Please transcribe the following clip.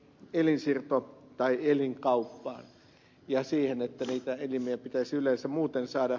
nurmi viittasi tähän elinkauppaan ja siihen että niitä elimiä pitäisi yleensä muuten saada